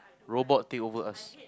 robot take over us